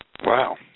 Wow